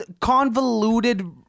convoluted